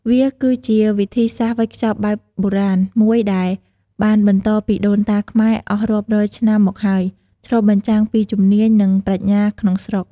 វាគឺជា វិធីសាស្ត្រវេចខ្ចប់បែបបុរាណ មួយដែលបានបន្តពីដូនតាខ្មែរអស់រាប់រយឆ្នាំមកហើយ ឆ្លុះបញ្ចាំងពីជំនាញ និងប្រាជ្ញាក្នុងស្រុក។